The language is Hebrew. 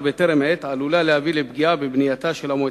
בטרם עת עלולה להביא לפגיעה בבנייתה של המועצה,